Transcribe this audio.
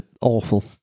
awful